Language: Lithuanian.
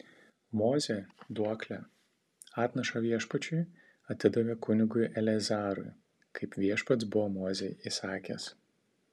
mozė duoklę atnašą viešpačiui atidavė kunigui eleazarui kaip viešpats buvo mozei įsakęs